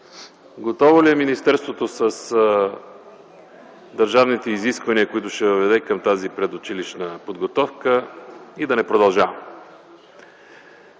Готово ли е министерството с държавните изисквания, които ще въведе към тази предучилищна подготовка? Да не продължавам!